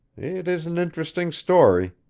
it is an interesting story.